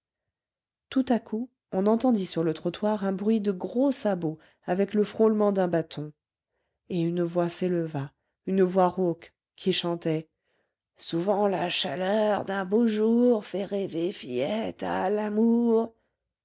tout à coup on entendit sur le trottoir un bruit de gros sabots avec le frôlement d'un bâton et une voix s'éleva une voix rauque qui chantait souvent la chaleur d'un beau jour fait rêver fillette à l'amour